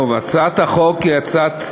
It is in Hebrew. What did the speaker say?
הצעת החוק היא הצעת חוק-יסוד: